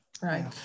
Right